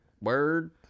Word